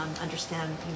understand